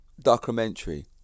documentary